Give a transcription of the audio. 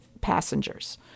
passengers